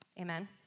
Amen